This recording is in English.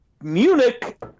Munich